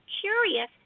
curious